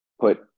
put